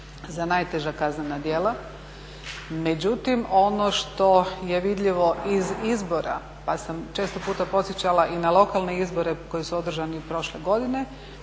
za najteža kaznena djela. Međutim ono što je vidljivo iz izbora pa sam često puta podsjećala i na lokalne izbore koji su održani prošle godine